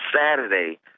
Saturday